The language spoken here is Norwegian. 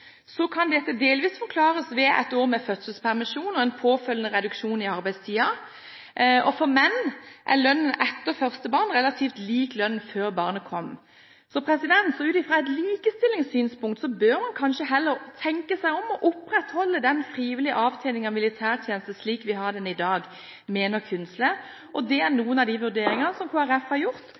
Så ut fra et likestillingssynspunkt mener Kunze man kanskje heller burde tenke seg om og opprettholde den frivillige avtjeningen av militærtjeneste, slik vi har den i dag. Dette er noen av de vurderingene Kristelig Folkeparti har gjort,